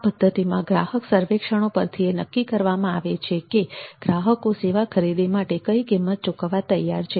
આ પદ્ધતિમાં ગ્રાહક સર્વેક્ષણો પરથી એ નક્કી કરવામાં આવે છે કે ગ્રાહકો સેવા ખરીદી માટે કઈ કિંમત ચૂકવવા તૈયાર છે